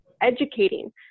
educating